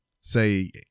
say